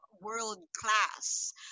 world-class